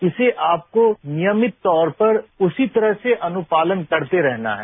इसे आपको नियमित तौर पर उसी तरह से अनुपालन करते रहना है